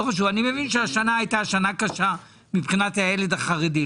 אני מבין שהשנה הייתה שנה קשה מבחינת הילד החרדי,